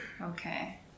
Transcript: Okay